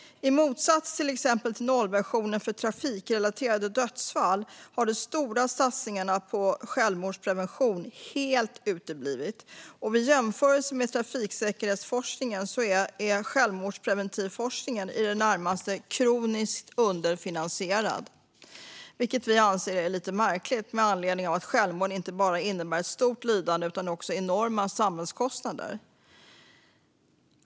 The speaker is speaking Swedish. I motsats till när det gäller exempelvis nollvisionen för trafikrelaterade dödsfall har de stora satsningarna på självmordsprevention helt uteblivit, och i jämförelse med trafiksäkerhetsforskningen är självmordspreventionsforskningen i det närmaste kroniskt underfinansierad, vilket vi anser är märkligt med tanke på att suicid inte bara innebär ett stort lidande utan också enorma samhällskostnader.